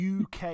UK